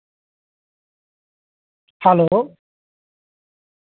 hello